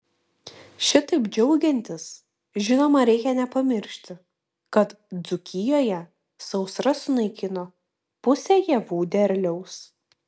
šitaip džiaugiantis žinoma reikia nepamiršti kad dzūkijoje sausra sunaikino pusę javų derliaus